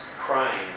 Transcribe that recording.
crying